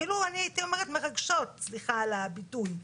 אפילו הייתי אומרת מרגשות, סליחה על הביטוי,